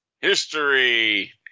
history